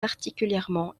particulièrement